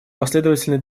последовательно